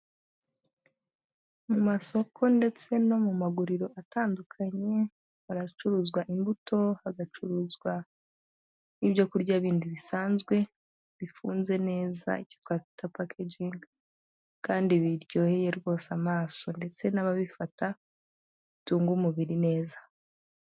Mu masoko ndetse no mu maguriro atandukanye hacuruzwa imbuto, haracuruzwa imboto, hagacuruzwa n'ibyo kurya bindi bisanzwe bifunze neza icyo twakita "pakejingi" kandi biryoheye rwose amaso ndetse n'ababifata bitunga umubiri neza.